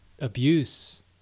abuse